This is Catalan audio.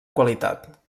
qualitat